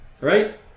Right